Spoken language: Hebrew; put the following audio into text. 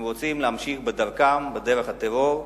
הם רוצים להמשיך בדרכם, בדרך הטרור,